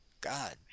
God